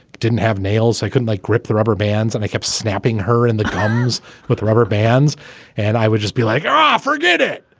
didn't have nails. i couldn't, like, grip the rubber bands. and i kept snapping her in the gums with rubber bands and i would just be like, ok, um ah forget it.